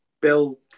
Bill